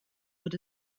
wird